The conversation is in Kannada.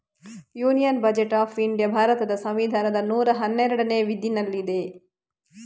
ಯೂನಿಯನ್ ಬಜೆಟ್ ಆಫ್ ಇಂಡಿಯಾ ಭಾರತದ ಸಂವಿಧಾನದ ನೂರಾ ಹನ್ನೆರಡನೇ ವಿಧಿನಲ್ಲಿದೆ